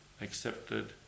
accepted